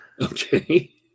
Okay